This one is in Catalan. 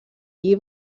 lli